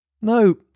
No